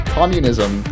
communism